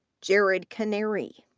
jared canary,